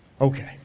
Okay